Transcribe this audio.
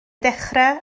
dechrau